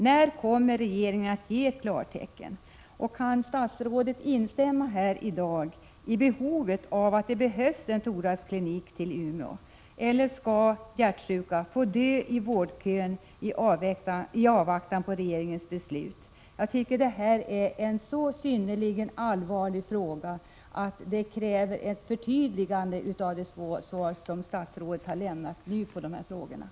När kommer regeringen att ge ett klartecken, och kan statsrådet här i dag instämma i att det behövs en thoraxklinik i Umeå? Eller skall hjärtsjuka i vårdkön få dö i avvaktan på regeringens beslut? Jag tycker att det här är en så allvarlig fråga att det krävs ett förtydligande av det svar som statsrådet nu har lämnat.